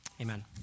Amen